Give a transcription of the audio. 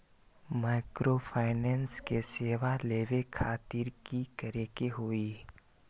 Microfinance के सेवा लेबे खातीर की करे के होई?